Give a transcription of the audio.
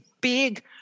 big